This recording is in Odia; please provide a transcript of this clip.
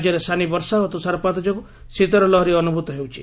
ରାଜ୍ୟରେ ସାନି ବର୍ଷା ଓ ତୁଷାରପାତ ଯୋଗୁଁ ଶୀତଲହରୀ ଅନୁଭୂତ ହେଉଛି